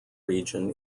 region